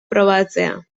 probatzea